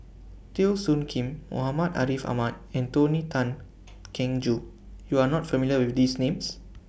Teo Soon Kim Muhammad Ariff Ahmad and Tony Tan Keng Joo YOU Are not familiar with These Names